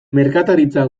merkataritza